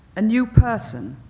a new person,